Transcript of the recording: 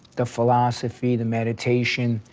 the philosophy, the meditation,